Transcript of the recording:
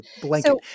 Blanket